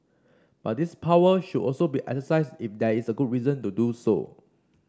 but this power should also be exercised if there is a good reason to do so